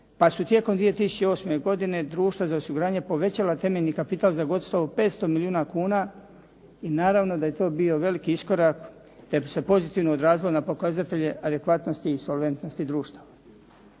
pa su tijekom 2008. godine društva za osiguranje povećala temeljni kapital za gotovo 500 milijuna kuna i naravno da je to bio veliki iskorak, te se pozitivno odrazilo na pokazatelje adekvatnosti i solventnosti društava.